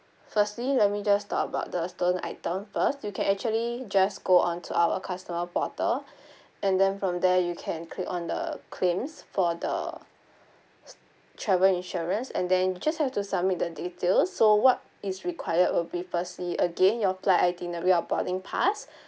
firstly let me just talk about the stolen item first you can actually just go on to our customer portal and then from there you can click on the claims for the travel insurance and then just have to submit the details so what is required will be firstly again your flight itinerary or boarding pass